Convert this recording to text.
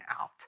out